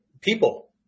people